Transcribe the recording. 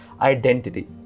identity